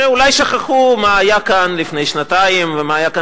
שאולי שכחו מה היה כאן לפני שנתיים ומה היה כאן